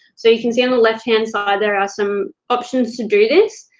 so you can see on the left hand side, there are some options to do this,